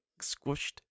squished